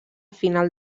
final